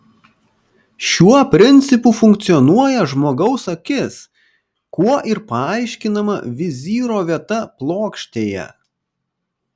šiuo principu funkcionuoja žmogaus akis kuo ir paaiškinama vizyro vieta plokštėje